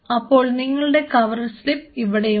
അപ്പോൾ നിങ്ങളുടെ cover slip ഇവിടെയുണ്ട്